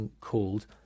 called